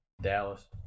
Dallas